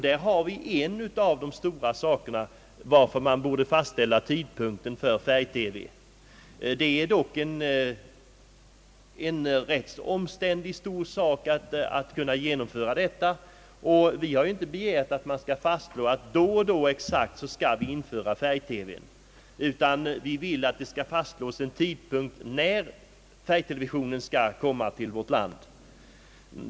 Detta är en av de viktigaste anledningarna till att tidpunkten för införande av färg-TV nu borde fastställas. Detta är dock en omständlig och stor sak. Vi har inte begärt någon exakt tidpunkt för införandet av färg-TV utan vi vill endast få ett beslut om tidpunkten.